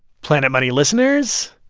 planet money listeners,